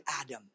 Adam